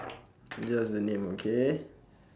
just the name okay